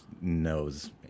knows